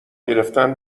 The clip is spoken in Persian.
گرفتن